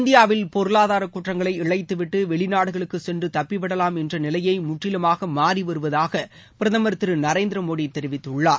இந்தியாவில் பொருளாதார குற்றங்களை இழைத்துவிட்டு வெளிநாடுகளுக்கு சென்று தப்பிவிடலாம் என்ற நிலையை முற்றிலுமாக மாறிவருவதாக பிரதமர் திரு நரேந்திரமோடி தெரிவித்துள்ளார்